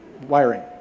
wiring